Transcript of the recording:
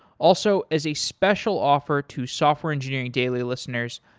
also, as a special offer to software engineering daily listeners,